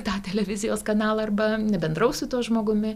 tą televizijos kanalą arba nebendraus su tuo žmogumi